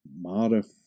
modify